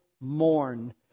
mourn